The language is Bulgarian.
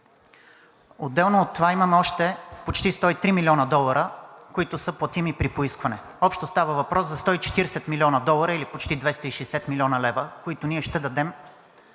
Отделно от това, имаме още почти 103 млн. долара, които са платими при поискване. Общо става въпрос за 140 млн. долара, или почти 260 млн. лв., които ние ще дадем